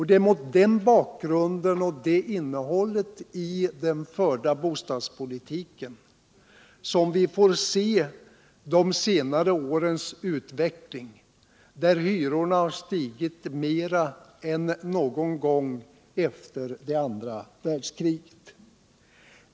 Det är mot bakgrund av den bostadspolitiken vi får se de senare årens utveckling, då hyrorna stigit mer än någon gång tidigare sedan andra världskriget.